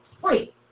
free